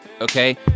okay